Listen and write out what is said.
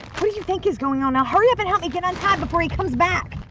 what do you think is going on? now hurry up and help me get untied before he comes back.